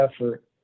effort